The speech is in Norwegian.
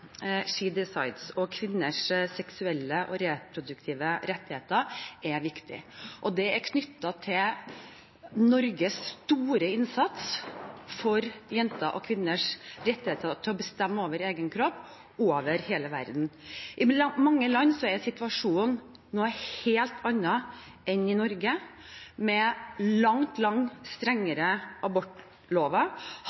She Decides og kvinners seksuelle og reproduktive rettigheter, er viktig. Det er knyttet til Norges store innsats for jenter og kvinners rettigheter til å bestemme over egen kropp over hele verden. I mange land er situasjonen en helt annen enn i Norge, med langt, langt